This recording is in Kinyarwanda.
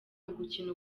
ugukina